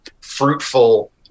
fruitful